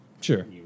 sure